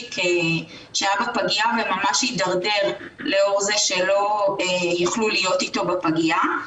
ולקטנצ'יק שהיה בפגיה וממש הידרדר לאור זה שלא יכלו להיות איתו בפגיה.